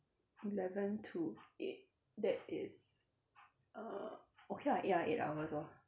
eleven to eight that is err okay lah eight ya eight hours lor